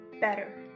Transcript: better